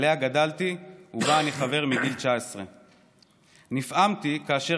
שעליה גדלתי ובה אני חבר מגיל 19. נפעמתי כאשר